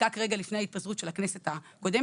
נחקק רגע לפני ההתפזרות של הכנסת הקודמת.